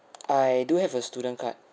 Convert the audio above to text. I do have a student card